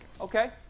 Okay